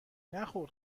نخور